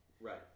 right